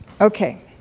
okay